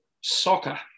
soccer